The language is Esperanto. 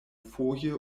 foje